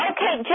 Okay